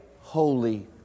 Holy